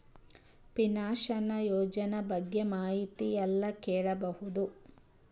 Pension ಯೋಜನ ಬಗ್ಗೆ ಮಾಹಿತಿ ಎಲ್ಲ ಕೇಳಬಹುದು?